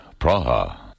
Praha